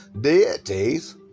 deities